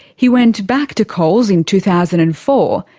he went back to coles in two thousand and four,